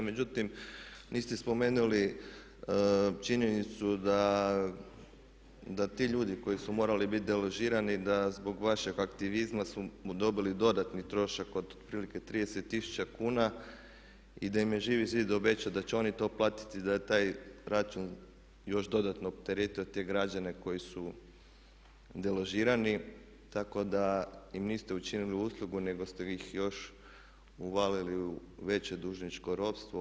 Međutim, niste spomenuli činjenicu da ti ljudi koji su morali bit deložirani, da zbog vašeg aktivizma smo dobili dodatni trošak od otprilike 30 tisuća kuna i da im je Živi zid obećao da će oni to platiti, da je taj račun još dodatno opteretio te građane koji su deložirani tako da im niste učinili uslugu, nego ste ih još uvalili u veće dužničko ropstvo.